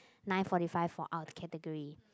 nine forty five for our category